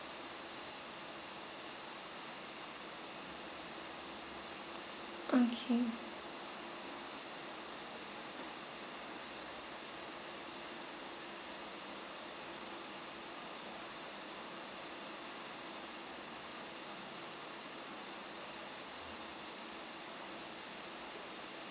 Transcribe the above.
okay